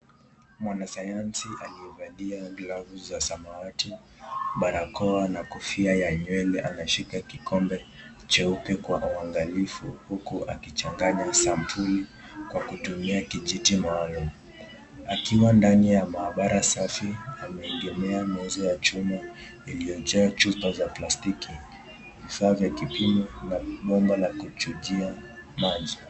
Mwanasayansi aliyevalia glavzi za samawati, barakoa na kofia ya nywele anashika kikombe cheupe kwa uangalifu huku akichanganya sampuli kwa kutumia kijiti maalum. Akiwa ndani ya mahabara safi ameegemea nguzo ya chuma, iliyojaa chupa za plastiki, vifaa vya kipimo na bomba la kuchujia maji.